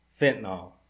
fentanyl